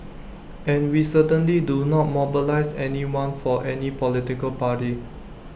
and we certainly do not mobilise anyone for any political party